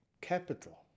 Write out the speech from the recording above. Capital